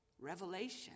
Revelation